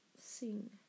sing